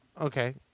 Okay